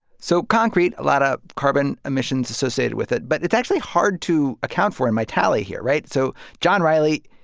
so concrete a lot of carbon emissions associated with it, but it's actually hard to account for in my tally here, right? so john reilly,